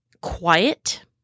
quiet